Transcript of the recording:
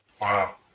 Wow